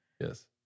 Yes